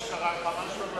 בטוח שקרה לך משהו.